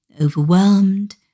overwhelmed